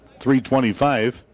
325